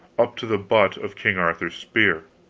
up to the butt of king arthur's spear.